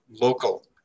local